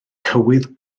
cywydd